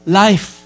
life